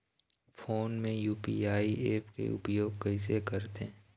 Phone मे UPI app के उपयोग कइसे करथे?